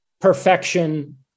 perfection